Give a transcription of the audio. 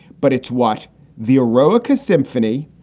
but it's what the eroica symphony,